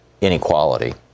inequality